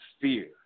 fear